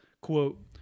quote